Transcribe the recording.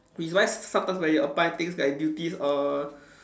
which is why sometimes when you apply things that duties err